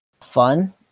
fun